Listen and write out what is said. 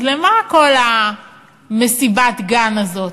אז למה כל מסיבת הגן הזאת?